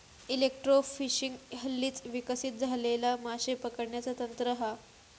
electrofishing हल्लीच विकसित झालेला माशे पकडण्याचा तंत्र हा